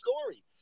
story